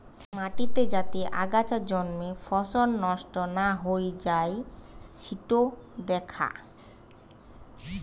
মাটিতে যাতে আগাছা জন্মে ফসল নষ্ট না হৈ যাই সিটো দ্যাখা